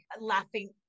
laughing